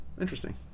Interesting